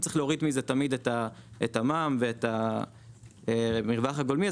צריך להוריד מזה תמיד את המע"מ ואת המרווח הגולמי,